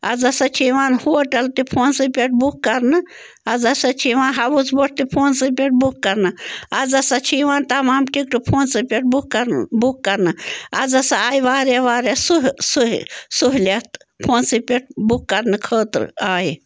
آز ہسا چھِ یِوان ہوٹَل تہِ فونسٕے پٮ۪ٹھ بُک کرنہٕ آز ہسا چھِ یِوان ہاوُس بوٹ تہِ فونسٕے پٮ۪ٹھ بُک کرنہٕ آز ہسا چھِ یِوان تمام ٹِکٹہٕ فونسٕے پٮ۪ٹھ بُک کرنہٕ بُک کرنہٕ آز ہسا آیہِ واریاہ واریاہ سہوٗلِیت فونسٕے پٮ۪ٹھ بُک کرنہٕ خٲطرٕ آیہِ